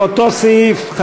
לאותו סעיף,